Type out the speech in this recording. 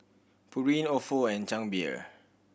Pureen Ofo and Chang Beer